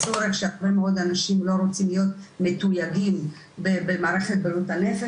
הצורך שהרבה מאוד אנשים לא רוצים להיות מתויגים במערכת בריאות הנפש,